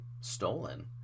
stolen